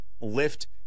lift